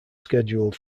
scheduled